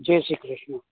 Jay Shri Krishna